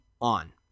on